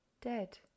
Dead